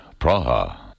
Praha. (